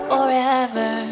Forever